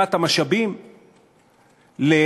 עתירת המשאבים והכבדה,